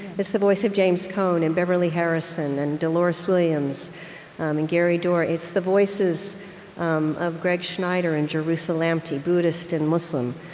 it's the voice of james cone and beverly harrison and delores williams um and gary dorrien. it's the voices um of greg snyder and jerusha lamptey, buddhist and muslim.